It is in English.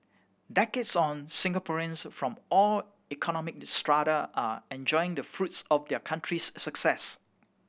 decades on Singaporeans from all economic strata are enjoying the fruits of the country's success